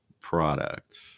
product